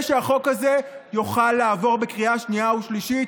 שהחוק הזה יוכל לעבור בקריאה שנייה ושלישית.